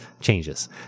changes